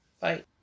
bye